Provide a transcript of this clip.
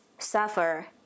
suffer